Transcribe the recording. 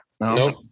Nope